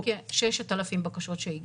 מתוך כ-6,000 בקשות שהגיעו.